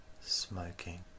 smoking